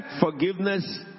forgiveness